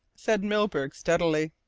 said milburgh steadily.